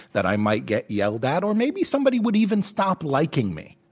that i might get yelled at, or maybe somebody would even stop liking me.